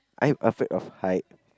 I'm afraid of height